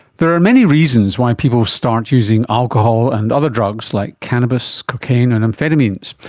there are many reasons why people start using alcohol and other drugs like cannabis, cocaine and amphetamines,